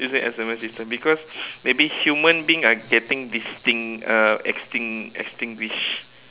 using S_M_S system because maybe human being are getting distinct uh exting~ extinguish